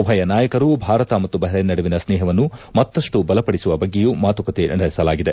ಉಭಯ ನಾಯಕರು ಭಾರತ ಮತ್ತು ಬಹರ್್ವೆನ್ ನಡುವಿನ ಸ್ನೇಹವನ್ನು ಮತ್ತಷ್ನು ಬಲಪಡಿಸುವ ಬಗ್ಗೆಯೂ ಮಾತುಕತೆ ನಡೆಸಲಾಗಿದೆ